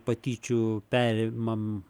patyčių perimam